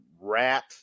rat